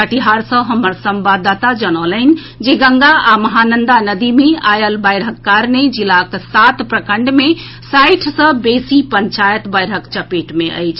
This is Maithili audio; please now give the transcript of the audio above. कटिहार सँ हमर संवाददाता जनौलनि जे गंगा आ महानंदा नदी मे आयल बाढ़िक कारणे जिलाक सात प्रखंड मे साठि सँ बेसी पंचायत बाढ़िक चपेट मे अछि